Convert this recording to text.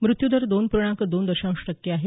मृत्यूदर दोन पूर्णांक दोन दशांश टक्के आहे